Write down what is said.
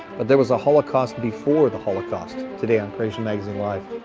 but there was a holocaust before the holocaust. today on creation magazine live!